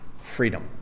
freedom